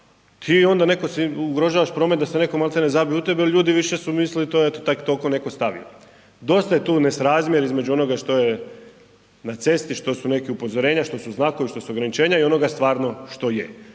Ti onda, netko si, ugrožavaš promet da se netko maltene zabije u tebe jer ljudi više su mislili to je eto tako toliko netko stavio. Dosta je tu nesrazmjer između onoga što je na cesti, što su neka upozorenja, što su znakovi, što su ograničenja i onoga stvarno što je.